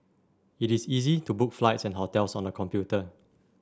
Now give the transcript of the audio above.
it is easy to book flights and hotels on the computer